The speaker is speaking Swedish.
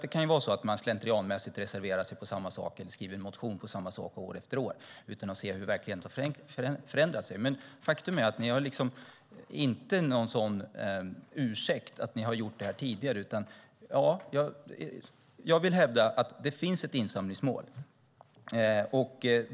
Det kan vara så att man slentrianmässigt reserverar sig för samma sak eller skriver en motion om samma sak år efter år utan att se hur verkligheten har förändrats. Men faktum är att ni inte har någon sådan ursäkt. Ni har inte gjort detta tidigare. Jag vill hävda att det finns ett insamlingsmål.